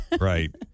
right